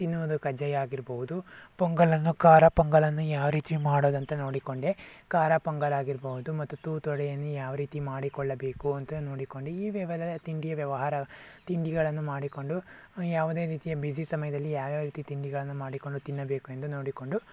ತಿನ್ನುವುದು ಕಜ್ಜಾಯ ಆಗಿರ್ಬೋದು ಪೊಂಗಲನ್ನು ಖಾರ ಪೊಂಗಲನ್ನು ಯಾವ ರೀತಿ ಮಾಡುವುದು ಅಂತ ನೋಡಿಕೊಂಡೆ ಖಾರ ಪೊಂಗಲ್ ಆಗಿರ್ಬೋದು ಮತ್ತು ತೂತು ವಡೆಯನ್ನು ಯಾವ ರೀತಿ ಮಾಡಿಕೊಳ್ಳಬೇಕು ಅಂತ ನೋಡಿಕೊಂಡೆ ಈ ವೇವ ತಿಂಡಿಯ ವ್ಯವಹಾರ ತಿಂಡಿಗಳನ್ನು ಮಾಡಿಕೊಂಡು ಯಾವುದೇ ರೀತಿಯ ಬಿಸಿ ಸಮಯದಲ್ಲಿ ಯಾವ್ಯಾವ ರೀತಿ ತಿಂಡಿಗಳನ್ನು ಮಾಡಿಕೊಂಡು ತಿನ್ನಬೇಕೆಂದು ನೋಡಿಕೊಂಡು